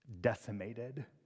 decimated